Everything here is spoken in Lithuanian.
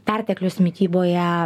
perteklius mityboje